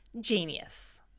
Genius